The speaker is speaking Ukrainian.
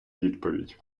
відповідь